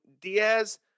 Diaz